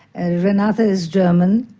and renata is german,